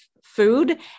Food